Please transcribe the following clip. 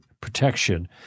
protection